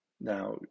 Now